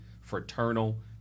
fraternal